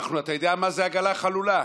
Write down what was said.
אתה יודע מה זה עגלה חלולה?